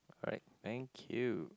alright thank you